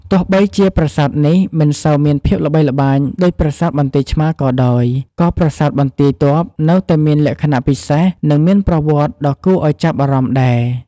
ទោះបីជាប្រាសាទនេះមិនសូវមានភាពល្បីល្បាញដូចប្រាសាទបន្ទាយឆ្មារក៏ដោយ ក៏ប្រាសាទបន្ទាយទ័ពនៅតែមានលក្ខណៈពិសេស និងមានប្រវត្តិដ៏គួរឱ្យចាប់អារម្មណ៍ដែរ។